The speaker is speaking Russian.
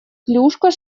клюшка